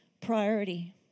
priority